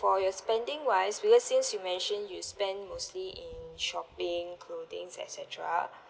for your spending wise because since you mention you spend mostly in shopping clothing et cetera